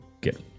get